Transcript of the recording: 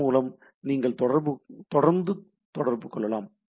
இதன் மூலம் நீங்கள் தொடர்ந்து தொடர்பு கொள்ளலாம்